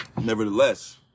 Nevertheless